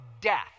death